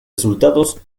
resultados